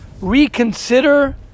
reconsider